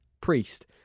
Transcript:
priest